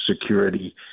security